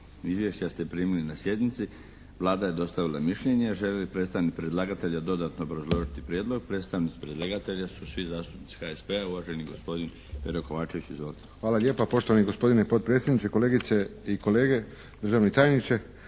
Izvješća ste primili na sjednici. Vlada je dostavila mišljenje. Želi li predstavnik predlagatelja dodatno obrazložiti prijedlog? Predstavnik predlagatelja su svi zastupnici HSP-a, uvaženi gospodin Pero Kovačević. Izvolite. **Kovačević, Pero (HSP)** Hvala lijepa poštovani gospodine potpredsjedniče. Kolegice i kolege, državni tajniče